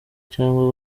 cyangwa